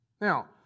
Now